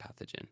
pathogen